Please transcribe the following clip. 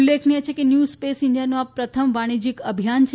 ઉલ્લેખનીય છે કે ન્યુ સો સ ઇન્ડિયાનું આ પ્રથમ વાણીજયીક અભિયાન છે